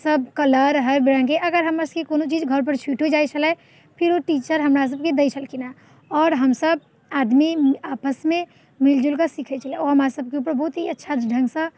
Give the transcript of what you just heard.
सब कलर हर रङ्गके अगर हमरासबके कोनो चीज घरपर छुटिओ जाइ छलै फेर ओ टीचर हमरासबके दै छलखिन हेँ आओर हमसब आदमी आपसमे मिलिजुलिके सिखै छलिए ओ हमरासबके उपर बहुत ही अच्छा ढङ्गसँ